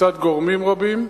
מצד גורמים רבים,